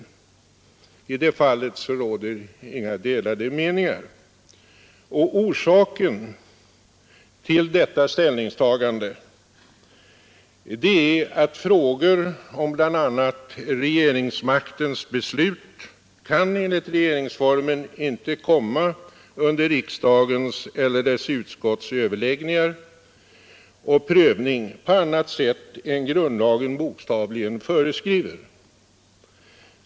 I det fallet råder inga delade meningar. Orsaken till detta ställningstagande är att frågor om bl.a. regeringsmaktens beslut enligt regeringsformen inte kan komma under riksdagens eller dess utskotts överläggningar och prövning på annat sätt än grundlagarna bokstavligen föreskriver.